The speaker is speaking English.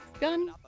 gun